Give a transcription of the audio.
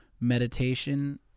meditation